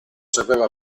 sapeva